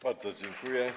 Bardzo dziękuję.